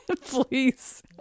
Please